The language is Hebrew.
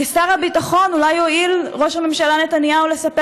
כשר הביטחון אולי יואיל ראש הממשלה נתניהו לספר